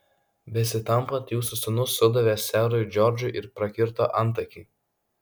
besitampant jūsų sūnus sudavė serui džordžui ir prakirto antakį